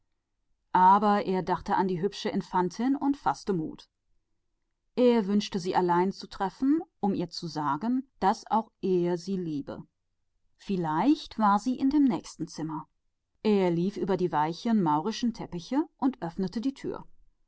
aber er dachte an die schöne infantin und faßte mut sie allein wollte er finden und ihr sagen daß auch er sie liebe vielleicht war sie im nächsten zimmer er lief über die weichen maurischen teppiche und öffnete die tür